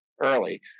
early